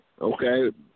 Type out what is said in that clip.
Okay